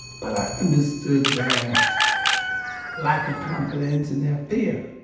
but i understood their lack of confidence and their fear